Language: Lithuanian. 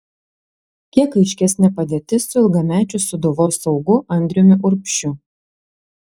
kiek aiškesnė padėtis su ilgamečiu sūduvos saugu andriumi urbšiu